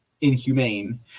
inhumane